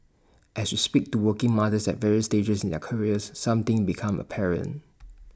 as we speak to working mothers at various stages in their careers some things become apparent